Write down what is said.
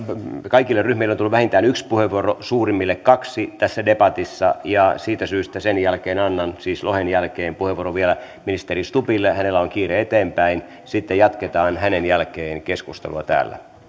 kaikille ryhmille on tullut vähintään yksi puheenvuoro suurimmille kaksi tässä debatissa siitä syystä sen jälkeen siis lohen jälkeen annan puheenvuoron vielä ministeri stubbille hänellä on kiire eteenpäin sitten jatketaan hänen jälkeensä keskustelua täällä